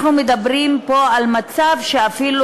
אנחנו מדברים פה על מצב שאפילו,